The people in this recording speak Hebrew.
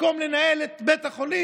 במקום לנהל את בית החולים,